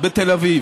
בתל אביב,